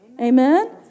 Amen